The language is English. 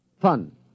Fun